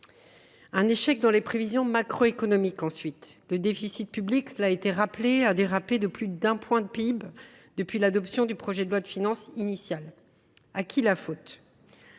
l’échec de nos prévisions macroéconomiques. Le déficit public, cela a été rappelé, a dérapé de plus de 1 point de PIB depuis l’adoption du projet de loi de finances initiale. À qui la faute ?